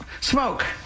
smoke